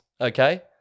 Okay